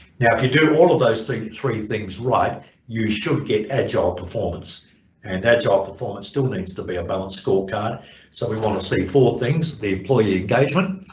now if you do all of those three things right you should get agile performance and agile performance still needs to be a balanced scorecard so we want to see four things the employee engagement,